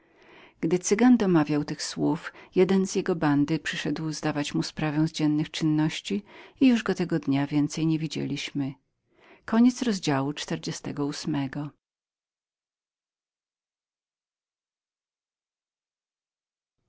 gdy cygan domawiał tych słów jeden z jego bandy przyszedł zdawać mu sprawę z dziennych czynności i już go tego dnia więcej nie widzieliśmy